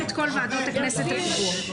להקים את כל ועדות הכנסת הקבועות.